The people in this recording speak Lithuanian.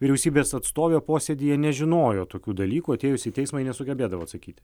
vyriausybės atstovė posėdyje nežinojo tokių dalykų atėjus į teismą nesugebėdavo atsakyti